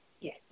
yes